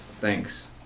Thanks